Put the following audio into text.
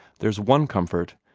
there's one comfort,